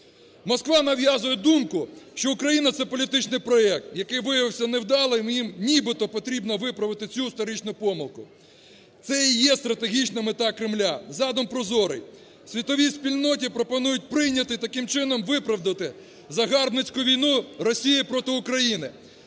Москва нав'язує думку, що Україна – це політичний проект, який виявився невдалим і їм нібито потрібно виправити цю історичну помилку, це і є стратегічна мета Кремля, задум прозорий. Світовій спільноті пропонують прийняти, таким чином виправдати загарбницьку війну Росії проти України,